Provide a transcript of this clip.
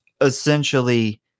essentially